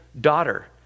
daughter